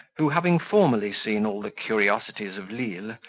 who, having formerly seen all the curiosities of lisle,